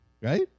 Right